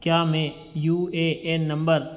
क्या मैं U A N number